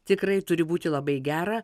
tikrai turi būti labai gera